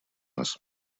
нас